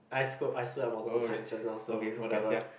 I scold I swear a multiple time just now so whatever